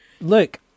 look